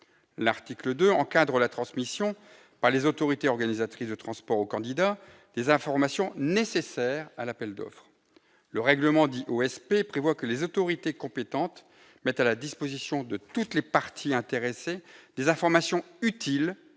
L'article 2 encadre la transmission aux candidats, par les autorités organisatrices de transport, des informations nécessaires à l'appel d'offres. Le règlement OSP prévoit que « les autorités compétentes mettent à la disposition de toutes les parties intéressées des informations utiles